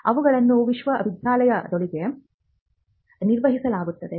ಇವುಗಳನ್ನು ವಿಶ್ವವಿದ್ಯಾಲಯದೊಳಗೆ ನಿರ್ವಹಿಸಲಾಗುತ್ತದೆ